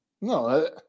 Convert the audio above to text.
No